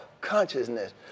consciousness